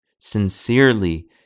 sincerely